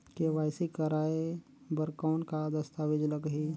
KYC कराय बर कौन का दस्तावेज लगही?